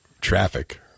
Traffic